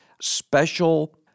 special